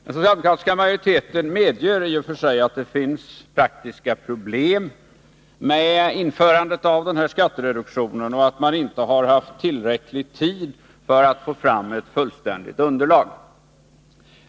Den socialdemokratiska majoriteten medger i och för sig att det finns praktiska problem med ett införande av den här skattereduktionen och att man inte haft tillräcklig tid för att få fram ett fullständigt underlag.